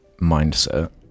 mindset